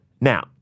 Now